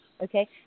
Okay